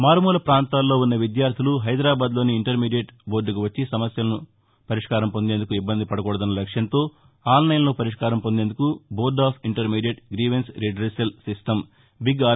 మారుమూల పాంతాల్లో ఉన్న విద్యార్థులు హైదరాబాద్లోని ఇంటర్మీడియేట్ బోర్డుకు వచ్చి సమస్యలకు పరిష్కారం పొందేందుకు ఇబ్బంది పదకూడదన్న లక్ష్యంతో ఆన్లైన్లో పరిష్కారం పొందేందుకు board of intermediate grievance redressal system big are